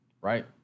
Right